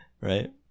right